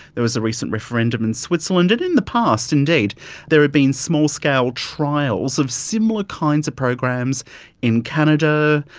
there was a recent referendum in switzerland, and in the past indeed there had been small scale trials of similar kinds of programs in canada,